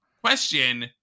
question